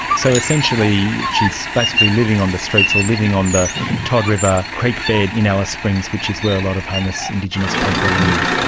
so essentially this basically living on the streets or living on the todd river creek bed in alice springs, which is where a lot of homeless indigenous people live,